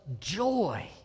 joy